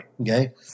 Okay